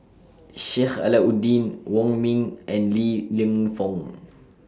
Sheik Alau'ddin Wong Ming and Li Lienfung